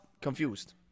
confused